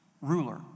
ruler